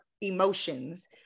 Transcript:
emotions